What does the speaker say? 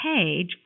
page